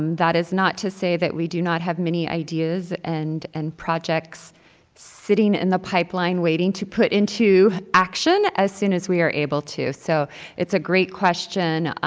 um that is not to say that we do not have many ideas and and projects sitting in the pipeline waiting to put into action as soon as we are able to. to. so it's a great question,